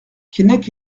keinec